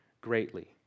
greatly